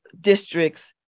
districts